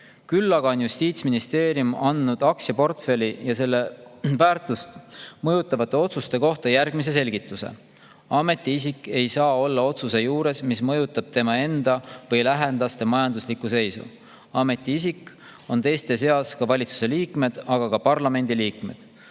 Küll aga on Justiitsministeerium andnud aktsiaportfelli ja selle väärtust mõjutavate otsuste kohta järgmise selgituse. Ametiisik ei saa olla otsuse juures, mis mõjutab tema enda või tema lähedaste majanduslikku seisu. Ametiisik on teiste seas ka valitsuse liige või parlamendi liige.